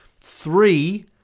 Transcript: three